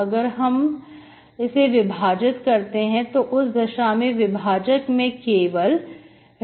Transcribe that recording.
अगर हम से विभाजित करते हैं तो उस दशा में विभाजक में केवल M y है